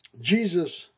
Jesus